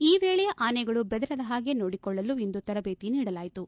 ಈ ವೇಳೆ ಆನೆಗಳು ಬೆದರದ ಹಾಗೆ ನೋಡಿಕೊಳ್ಳಲು ಇಂದು ತರಬೇತಿ ನೀಡಲಾಯಿತು